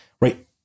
right